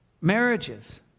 Marriages